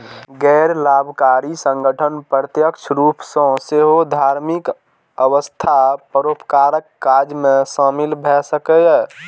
गैर लाभकारी संगठन प्रत्यक्ष रूप सं सेहो धार्मिक अथवा परोपकारक काज मे शामिल भए सकैए